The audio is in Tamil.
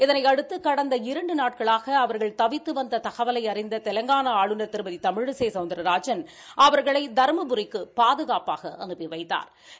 இதனை அடுத்து கடந்த இரண்டு நாட்களாக அவர்கள் தவித்து வந்த தகவலை அறிந்த தெலங்கானா ஆளுநா் திருமதி தமிழிசை சௌந்தா்ராஜன் அவா்களை தருமபுரிக்கு பாதுகாப்பாக அனுப்பி வைத்தாா்